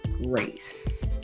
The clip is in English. grace